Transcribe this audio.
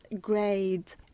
grade